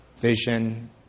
vision